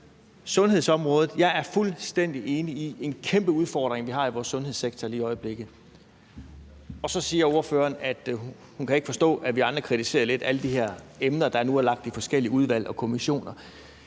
sundhedsområdet er jeg fuldstændig enig i, at det er en kæmpe udfordring, vi har i vores sundhedssektor lige i øjeblikket. Så siger ordføreren, at hun ikke kan forstå, at vi andre lidt kritiserer, at der nu er lagt alle de her emner i forskellige udvalg og kommissioner.